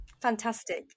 Fantastic